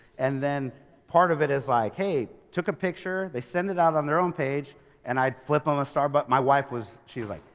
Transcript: and then part of it is like, hey, took a picture, they send it out on their own page and i'd flip them a star. but my wife was. she was like,